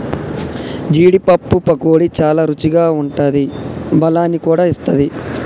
జీడీ పప్పు పకోడీ చాల రుచిగా ఉంటాది బలాన్ని కూడా ఇస్తది